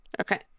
Okay